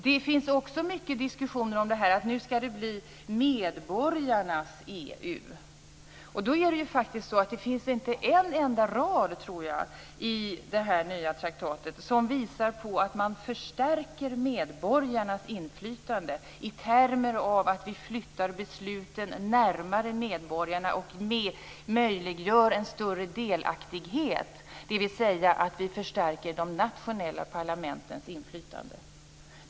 Det finns också många diskussioner om att det nu skall bli medborgarnas EU. Men jag tror inte att det finns en enda rad i det här nya traktatet som visar på att man förstärker medborgarnas inflytande i termer av att vi flyttar besluten närmare medborgarna och möjliggör en större delaktighet, dvs. att vi förstärker de nationella parlamentens inflytande.